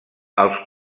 els